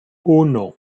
uno